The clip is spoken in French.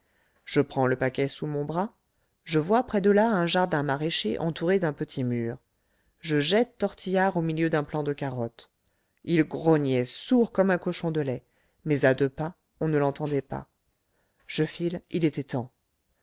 je prends le paquet sous mon bras je vois près de là un jardin maraîcher entouré d'un petit mur je jette tortillard au milieu d'un plant de carottes il grognait sourd comme un cochon de lait mais à deux pas on ne l'entendait pas je file il était temps